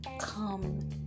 come